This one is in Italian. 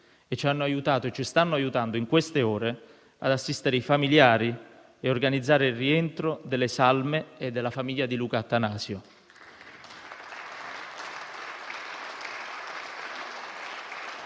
che ci hanno aiutato e ci stanno aiutando in queste ore ad assistere i familiari e a organizzare il rientro delle salme e della famiglia di Luca Attanasio.